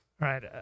right